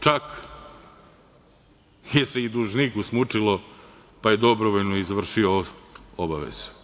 Čak se i dužniku smučilo, pa je dobrovoljno izvršio obavezu.